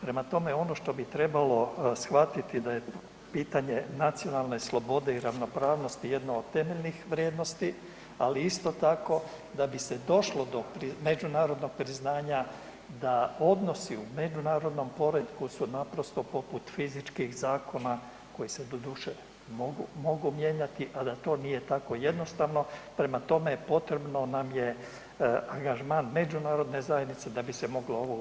Prema tome ono što bi trebalo shvatiti da je pitanje nacionalne slobode i ravnopravnosti jedno od temeljnih vrijednosti, ali isto tako da bi se došlo do međunarodnog priznanja da odnosi u međunarodnom poretku su naprosto poput fizičkih zakona koji se doduše mogu mijenjati, a da to nije tako jednostavno prema tome potrebno nam je angažman međunarodne zajednice da bi se moglo ovu u BiH